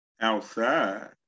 Outside